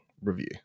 review